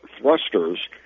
thrusters